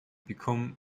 become